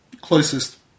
closest